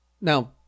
Now